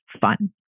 fun